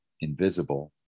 invisible